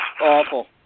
awful